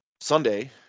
Sunday